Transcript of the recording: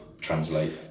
translate